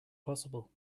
possible